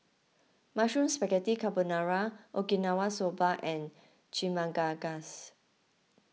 Mushroom Spaghetti Carbonara Okinawa Soba and Chimichangas